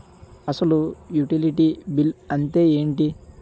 అసలు utility bill అంతే ఎంటి?